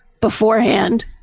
beforehand